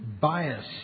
bias